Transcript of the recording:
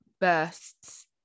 bursts